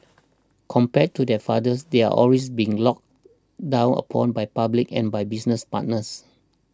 compared to their fathers they're always being looked down upon by public and by business partners